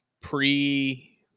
pre